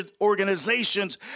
organizations